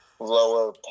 Lower